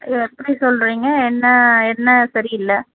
எப்படி சொல்கிறீங்க என்ன என்ன சரி இல்லை